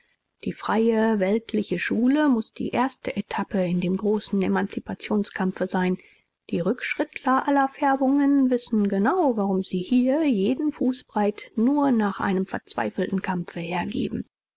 die freie weltliche schule muß die erste etappe in dem großen emanzipationskampfe sein die rückschrittler aller färbungen wissen genau warum sie hier jeden fußbreit nur nach einem verzweifelten kampfe hergeben